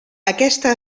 aquesta